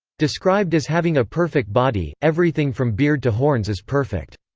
described as having a perfect body everything from beard to horns is perfect.